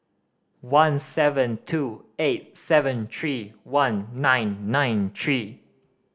one seven two eight seven three one nine nine three